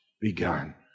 begun